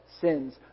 sins